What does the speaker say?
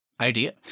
idea